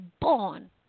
born